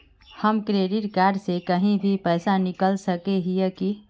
हम credit card से कहीं भी पैसा निकल सके हिये की?